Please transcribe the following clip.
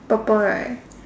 purple right